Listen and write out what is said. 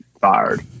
fired